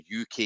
UK